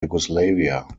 yugoslavia